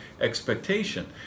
expectation